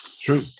true